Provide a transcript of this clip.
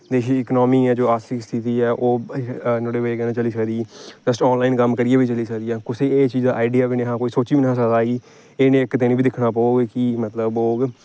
देश दी इकानमी ऐ जो आर्थिक स्थिति ऐ ओह् नुआढ़ी बजह कन्नै चली सकदी आनलाइन कम्म करियै बी चली सकदी ऐ कुसै गी एह् चीज दा आइडिया बी नेईं हा कोई सोची बी नेईं हा सकदा कि एह् नेहा इक दिन बी दिक्खना पौग कि मतलब होग